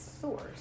source